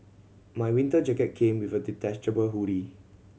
my winter jacket came with a detachable hoodie